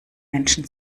menschen